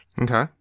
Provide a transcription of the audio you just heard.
Okay